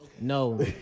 No